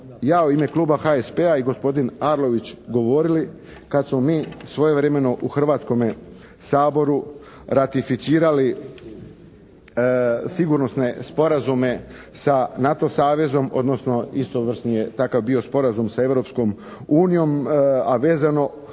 ja u ime kluba HSP-a i gospodin Arlović govorili, kad smo mi svojevremeno u Hrvatskome saboru ratificirali sigurnosne sporazume sa NATO savezom odnosno istovrsni je bio takav sporazum sa Europskom